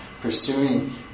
Pursuing